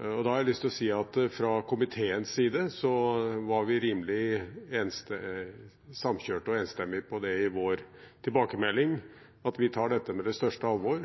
Jeg har lyst til å si at fra komiteens side var vi rimelig samkjørt og enstemmig på i vår tilbakemelding at vi tar dette på største alvor.